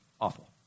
awful